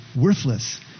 worthless